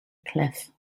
cliff